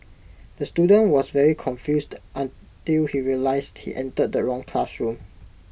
the student was very confused until he realised he entered the wrong classroom